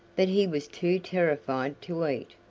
but he was too terrified to eat,